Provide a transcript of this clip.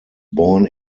born